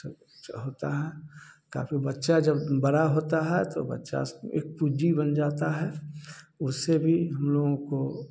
सब जो होता है ताकि बच्चा जब बड़ा होता है तो बच्चा एक पूँजी बन जाता है उससे भी हम लोगों को